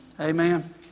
Amen